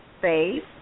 face